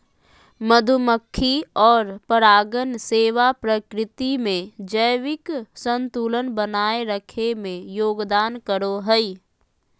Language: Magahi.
मधुमक्खी और परागण सेवा प्रकृति में जैविक संतुलन बनाए रखे में योगदान करो हइ